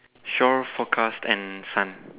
show forecast and sun